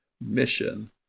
mission